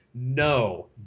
No